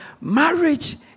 marriage